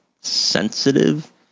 sensitive